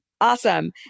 Awesome